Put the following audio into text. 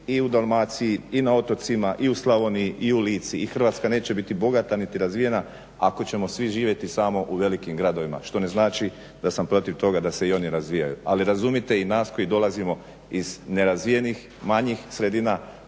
i u Dalmaciji i na otocima i u Slavoniji i u Lici i Hrvatska neće biti bogata niti razvijena ako ćemo svi živjeti samo u velikim gradovima što ne znači da sam protiv toga da se i oni razvijaju. Ali razumite i nas koji dolazimo iz nerazvijenih, manjih sredina